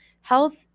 health